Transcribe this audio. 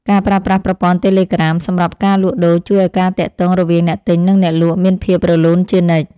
ការប្រើប្រាស់ប្រព័ន្ធតេឡេក្រាមសម្រាប់ការលក់ដូរជួយឱ្យការទាក់ទងរវាងអ្នកទិញនិងអ្នកលក់មានភាពរលូនជានិច្ច។